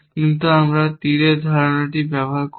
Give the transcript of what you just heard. কিন্তু আমরা তীরের ধারণাটি ব্যবহার করব